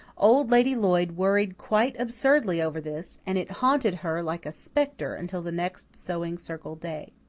old lady lloyd worried quite absurdly over this, and it haunted her like a spectre until the next sewing circle day.